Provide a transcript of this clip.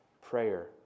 prayer